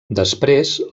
després